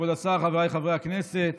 כבוד השר, חבריי חברי הכנסת,